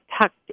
tucked